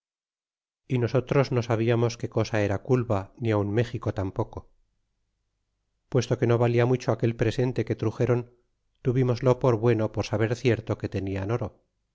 y nosotros no sabiamos que cosa era culba ni aun méxico tampoco puesto que no valla mucho aquel presente que truxeron tuvimoslo por bueno por saber cierto que tenian oro